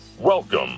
Welcome